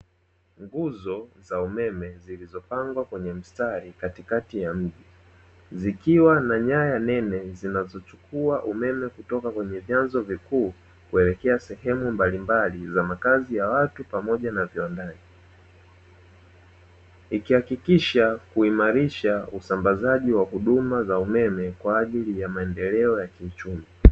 Nguzo za umeme zilizo pangwa kwenye mstari katikati ya mji. Zikiwa na nyaya nene zinazochukua umeme kutoka kwenye vyanzo vikuu kuelekea sehemu mbalimbali za makazi ya watu pamoja na viwandani, iki hakikisha kuimarisha usambazaji wa huduma za umeme kwa ajili ya maendeleo ya kiuchumi.